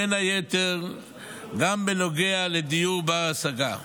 בין היתר גם בנוגע לדיור בר-השגה.